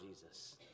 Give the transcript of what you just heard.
Jesus